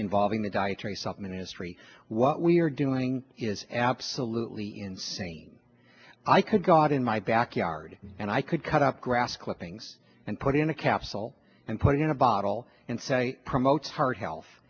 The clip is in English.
involving the dietary supplement industry what we're doing is absolutely insane i could go out in my backyard and i could cut up grass clippings and put in a capsule and put it in a bottle and say promotes heart health